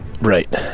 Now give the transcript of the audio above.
Right